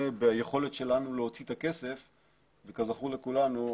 ביכולת שלנו להוציא את הכסף וכזכור לכולנו,